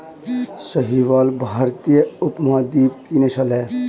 साहीवाल भारतीय उपमहाद्वीप की नस्ल है